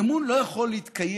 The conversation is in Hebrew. אמון לא יכול להתקיים